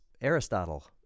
Aristotle